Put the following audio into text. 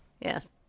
Yes